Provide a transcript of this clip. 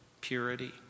purity